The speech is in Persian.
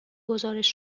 گزارش